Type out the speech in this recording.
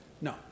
No